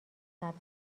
سبز